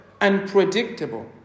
Unpredictable